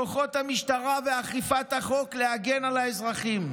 כוחות המשטרה ואכיפת החוק, להגן על האזרחים.